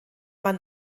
man